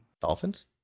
Dolphins